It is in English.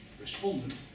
respondent